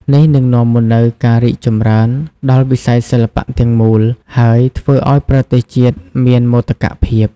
នេះនឹងនាំមកនូវការរីកចម្រើនដល់វិស័យសិល្បៈទាំងមូល ហើយធ្វើឲ្យប្រទេសជាតិមានមោទកភាព។